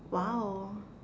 !wow!